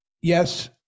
yes